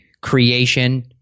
creation